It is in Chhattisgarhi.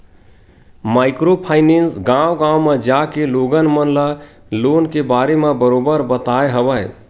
माइक्रो फायनेंस गाँव गाँव म जाके लोगन मन ल लोन के बारे म बरोबर बताय हवय